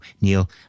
Neil